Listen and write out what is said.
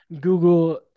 Google